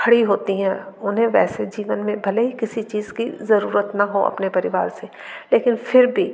खड़ी होती हैं उन्हें वैसे जीवन में भले ही किसी चीज़ कि ज़रूरत ना हो अपने परिवार से लेकिन फिर भी